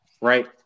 right